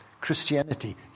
Christianity